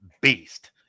beast